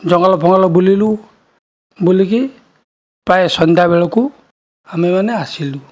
ଜଙ୍ଗଲ ଫଙ୍ଗଲ ବୁଲିଲୁ ବୁଲିକି ପ୍ରାୟ ସନ୍ଧ୍ୟାବେଳକୁ ଆମେମାନେ ଆସିଲୁ